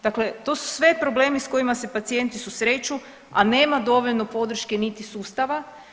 Dakle to su sve problemi s kojima se pacijenti susreću, a nema dovoljno podrške niti sustava.